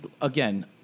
again